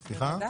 בוודאי.